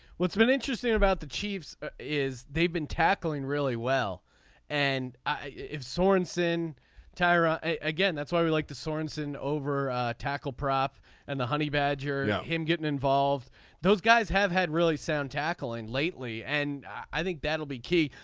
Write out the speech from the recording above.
what's been interesting about the chiefs is they've been tackling really well and if sorenson tyra again that's why we like the sorenson over tackle prop and the honey badger yeah him getting involved those guys have had really sound tackling lately and i think that'll be key.